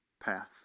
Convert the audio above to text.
path